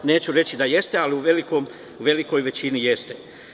Neću reći da jeste, ali u velikoj većini jeste.